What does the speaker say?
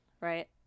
right